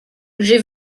j’ai